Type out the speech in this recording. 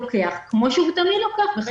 כמו שהוא תמיד לוקח בחשבון.